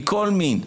מכל מין,